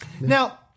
Now